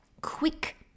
quick